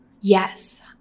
Yes